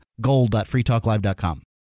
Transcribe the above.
gold.freetalklive.com